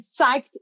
psyched